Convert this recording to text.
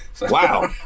Wow